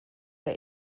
der